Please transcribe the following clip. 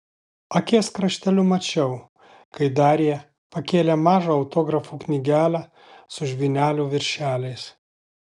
akies krašteliu mačiau kai darija pakėlė mažą autografų knygelę su žvynelių viršeliais